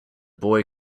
boy